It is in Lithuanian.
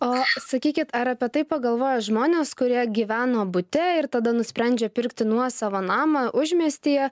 o sakykit ar apie tai pagalvoja žmonės kurie gyveno bute ir tada nusprendžia pirkti nuosavą namą užmiestyje